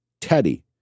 Teddy